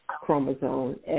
chromosome